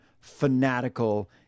fanatical